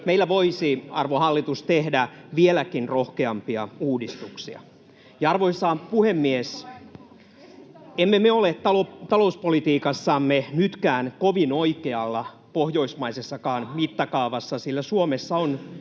Meillä voisi, arvon hallitus, tehdä vieläkin rohkeampia uudistuksia. Arvoisa puhemies! Emme me ole talouspolitiikassamme nytkään kovin oikealla pohjoismaisessakaan mittakaavassa, sillä Suomessa on